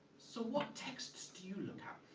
so what texts do you look at?